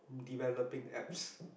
developing apps